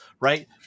right